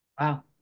Wow